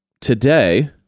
today